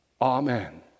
Amen